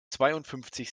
zweiundfünfzig